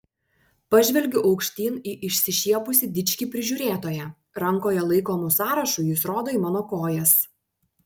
pažvelgiu aukštyn į išsišiepusį dičkį prižiūrėtoją rankoje laikomu sąrašu jis rodo į mano kojas